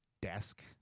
desk